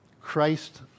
Christ